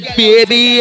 baby